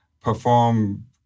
perform